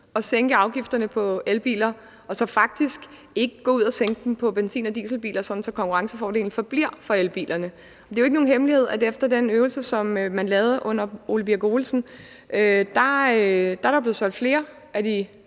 at sænke afgiften på elbiler og så faktisk ikke gå ud at sænke den på benzin- og dieselbiler, sådan at konkurrencefordelen forbliver for elbilerne. Det er jo ikke nogen hemmelighed, at efter den øvelse, man lavede under Ole Birk Olesen som minister, er der blevet solgt flere af de